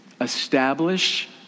Establish